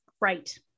Right